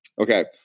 Okay